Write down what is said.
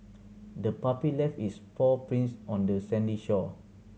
the puppy left its paw prints on the sandy shore